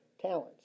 talents